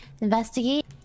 investigate